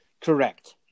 Correct